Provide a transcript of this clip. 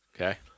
Okay